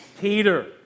Peter